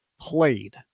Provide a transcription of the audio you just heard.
played